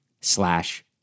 slash